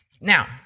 Now